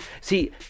See